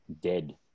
dead